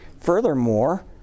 Furthermore